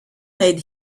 made